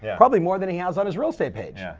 and probably more than he has on his real estate page.